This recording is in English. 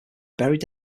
buried